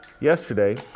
Yesterday